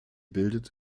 bildet